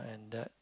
in that